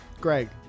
Greg